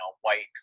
white